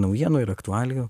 naujienų ir aktualijų